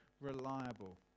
reliable